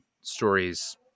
stories